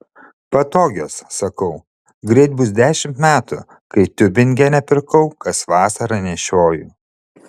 patogios sakau greit bus dešimt metų kai tiubingene pirkau kas vasarą nešioju